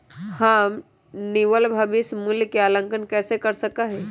हम निवल भविष्य मूल्य के आंकलन कैसे कर सका ही?